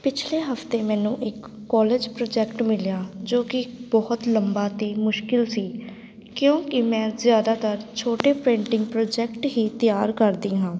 ਪਿਛਲੇ ਹਫ਼ਤੇ ਮੈਨੂੰ ਇੱਕ ਕੋਲੇਜ ਪ੍ਰੋਜੈਕਟ ਮਿਲਿਆ ਜੋ ਕਿ ਬਹੁਤ ਲੰਬਾ ਅਤੇ ਮੁਸ਼ਕਿਲ ਸੀ ਕਿਉਂਕਿ ਮੈਂ ਜ਼ਿਆਦਾਤਰ ਛੋਟੇ ਪੇਂਟਿੰਗ ਪ੍ਰੋਜੈਕਟ ਹੀ ਤਿਆਰ ਕਰਦੀ ਹਾਂ